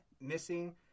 missing